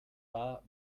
wahr